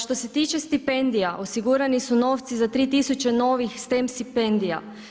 Što se tiče stipendija osigurani su novci za 3000 novih STAM stipendija.